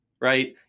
right